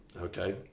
okay